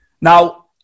Now